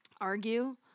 argue